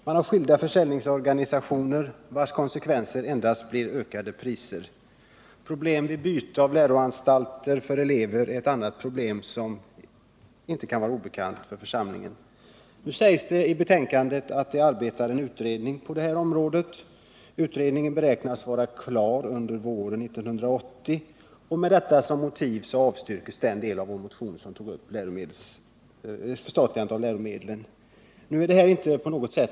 Man har skilda försäljningsorganisationer, och en konsekvens av detta blir högre priser. En annan nackdel, som inte kan vara obekant för församlingen här, är att det uppstår problem för eleverna vid byte av läroanstalt. Nu sägs i betänkandet att en utredning arbetar med de frågor som berör det här området. Utredningen beräknas vara klar under våren 1980. Med detta som motiv avstyrks den del av vår motion som tog upp frågan om förstatligandet av läromedelsproduktionen.